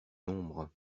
nombres